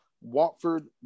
Watford